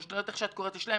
או איך שאת קוראת להם,